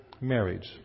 marriage